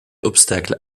obstacle